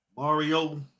Mario